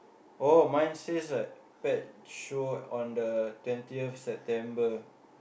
oh mine says like pet show on the twentieth of September